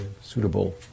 suitable